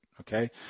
Okay